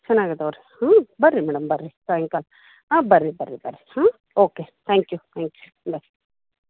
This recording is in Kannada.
ಚೆನ್ನಾಗಿ ಅದಾವೆ ರೀ ಹ್ಞೂ ಬನ್ರಿ ಮೇಡಮ್ ಬನ್ರಿ ಸಾಯಂಕಾಲ ಹಾಂ ಬನ್ರಿ ಬನ್ರಿ ಬನ್ರಿ ಹಾಂ okay thank you thank you bye